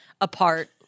apart